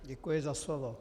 Děkuji za slovo.